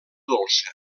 dolça